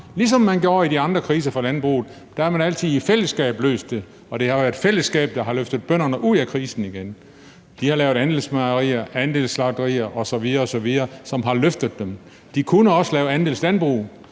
ligesom man gjorde i de andre kriser for landbruget. Der har man altid i fællesskab løst det, og det har været fællesskabet, der har løftet bønderne ud af krisen igen. De har lavet andelsmejerier, andelsslagterier osv. osv., som har løftet dem. De kunne også lave andelslandbrug;